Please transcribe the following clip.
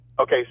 Okay